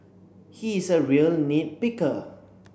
he is a real nit picker